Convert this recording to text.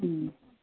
હ